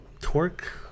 Torque